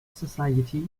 society